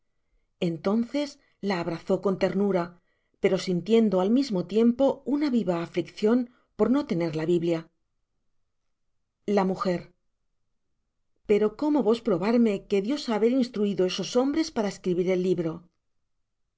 entonces la abrazó con ternura pero sintiendo al mismo tiempo una viva afliccion por no tener la biblia la m pero cómo vos probarme que dios haber instruido esos hombres para escribir el libro